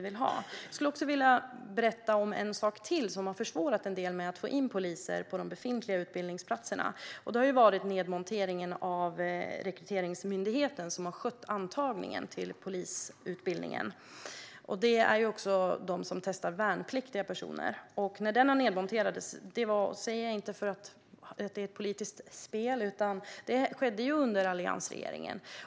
Jag skulle vilja berätta om en sak till som har gjort det svårare att få in poliser på de befintliga utbildningsplatserna, nämligen nedmonteringen av Rekryteringsmyndigheten, som har skött antagningen till polisutbildningen. Det är också den myndigheten som testar värnpliktiga. Den nedmonterades, och det säger jag inte för att det är ett politiskt spel, under alliansregeringen.